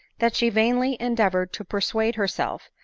that she vainly endeavored to persuade herself,